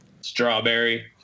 Strawberry